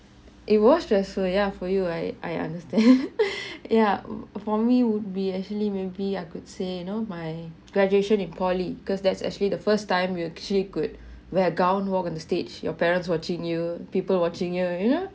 it was stressful ya for you I I understand yeah for me would be actually maybe I could say you know my graduation in poly because that's actually the first time we actually could wear a gown walk on the stage your parents watching you people watching you you know